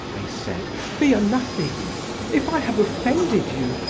i said, fear nothing if i have offended you,